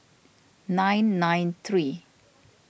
nine nine three